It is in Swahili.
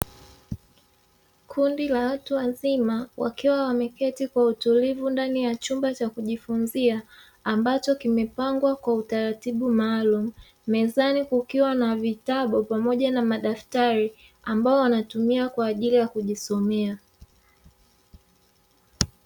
Kundi la watu wazima wakiwa wameketi kwa utulivu ndani ya chumba cha kujifunzia ambacho kimepangwa kwa utaratibu maalum, mezani kukiwa na vitabu pamoja na madaftari ambao wanatumia kwa ajili ya kujisomea.